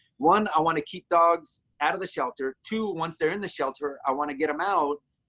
one i want to keep dogs out of the shelter, two once they're in the shelter, i want to get them out.